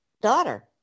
daughter